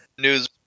news